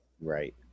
right